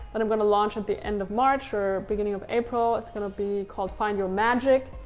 that i'm gonna launch at the end of march or beginning of april. it's gonna be called find your magic.